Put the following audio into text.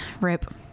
Rip